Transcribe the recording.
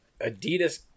Adidas